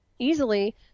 easily